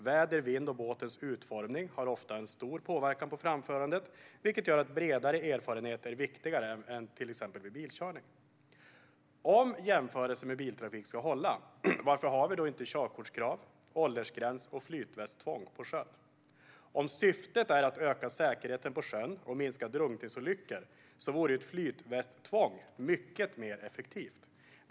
Väder, vind och båtens utformning har ofta stor påverkan på framförandet, vilket gör att bredare erfarenhet är viktigare än till exempel vid bilkörning. Om jämförelsen med biltrafik ska hålla, varför har vi inte körkortskrav, åldersgräns och flytvästtvång på sjön? Om syftet är att öka säkerheten på sjön och minska drunkningsolyckor vore ett flytvästtvång mycket mer effektivt.